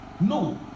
no